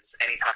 anytime